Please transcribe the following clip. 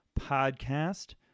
podcast